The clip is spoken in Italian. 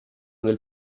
del